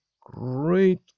great